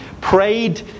prayed